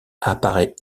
apparaît